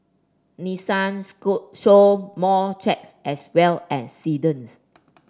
Nissan school sold more trucks as well as sedans